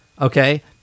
okay –